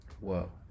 Whoa